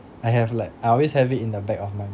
I have like I always have it in the back of my